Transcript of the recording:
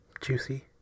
juicy